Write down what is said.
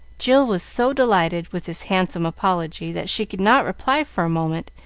jill was so delighted with this handsome apology, that she could not reply for a moment,